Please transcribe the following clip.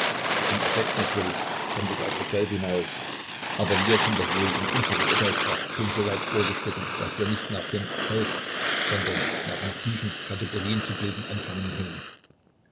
im effekt natürlich kommt es auf dasselbe hinaus aber wir sind doch wohl in unserer urteilskraft schon so weit vorgeschritten daß wir nicht nach dem erfolg sondern nach motiven kategorien zu bilden anfangen können